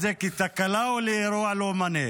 על אחת כמה וכמה שזה אני,